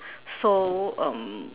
so um